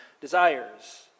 desires